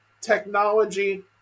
technology